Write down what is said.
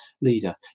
leader